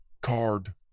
card